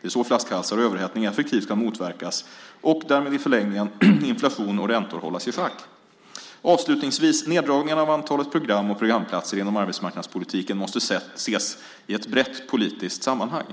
Det är så flaskhalsar och överhettning effektivt kan motverkas och därmed i förlängningen inflation och räntor hållas i schack. Avslutningsvis: Neddragningarna av antalet program och programplatser inom arbetsmarknadspolitiken måste ses i ett brett politiskt sammanhang.